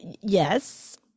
Yes